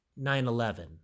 9-11